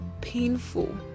painful